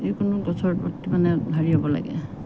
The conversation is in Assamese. যিকোনো গছৰ প্ৰতি মানে হেৰি হ'ব লাগে